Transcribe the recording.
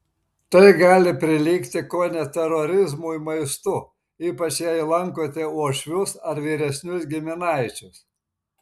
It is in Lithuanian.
tai gali prilygti kone terorizmui maistu ypač jei lankote uošvius ar vyresnius giminaičius